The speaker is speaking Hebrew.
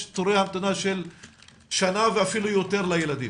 יש תורי המתנה של שנה ואפילו יותר לילדים.